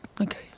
okay